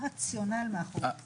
הרציונל מאחורי זה?